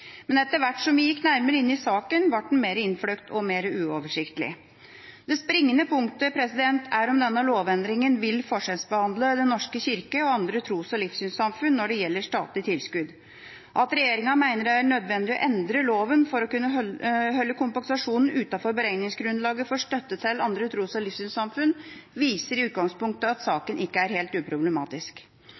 Men etter hvert som vi gikk nærmere inn i saken, ble den mer innfløkt og mer uoversiktlig. Det springende punktet er om denne lovendringen vil forskjellsbehandle Den norske kirke og andre tros- og livssynssamfunn når det gjelder statlige tilskudd. At regjeringa mener det er nødvendig å endre loven for å kunne holde kompensasjonen utenfor beregningsgrunnlaget for støtte til andre tros- og livssynssamfunn, viser i utgangspunktet at saken ikke er helt uproblematisk.